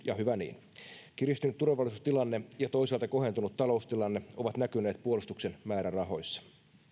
ja hyvä niin kiristynyt turvallisuustilanne ja toisaalta kohentunut taloustilanne ovat näkyneet puolustuksen määrärahoissa